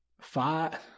five